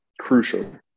crucial